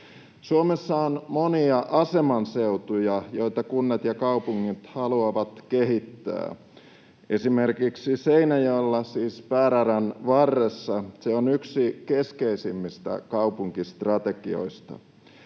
Suomessa on monia aseman seutuja, joita kunnat ja kaupungit haluavat kehittää. Esimerkiksi Seinäjoella, siis pääradan varressa, se on yksi keskeisimmistä kaupunkistrategioista.